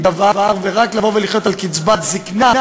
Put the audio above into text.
זה דבר, ולחיות רק על קצבת זיקנה,